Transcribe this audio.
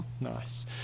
Nice